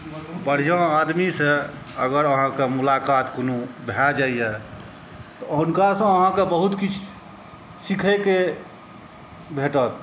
बढ़िऑं आदमीसॅं अगर अहाँके मुलाकात कोनो भय जाइया तऽ हुनका सॅं अहाँके बहुत किछु सीखयके भेटत